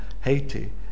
Haiti